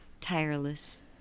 tireless